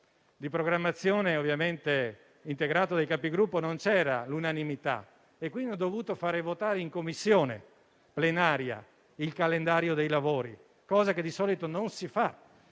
di programmazione integrato dai Capigruppo non c'era l'unanimità, ho dovuto far votare in Commissione plenaria il calendario dei lavori, cosa che di solito non si fa.